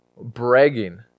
bragging